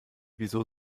wieso